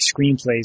screenplays